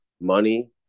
money